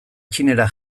txinera